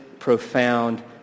profound